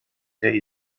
der